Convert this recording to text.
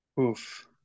oof